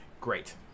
great